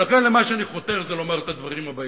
ולכן, למה שאני חותר זה לומר את הדברים הבאים: